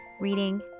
reading